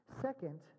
second